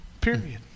Period